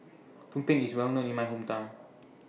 Tumpeng IS Well known in My Hometown